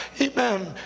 amen